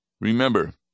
Remember